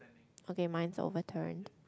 okay mine's overturned